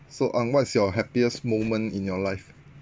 so ang what is your happiest moment in your life